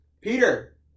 Peter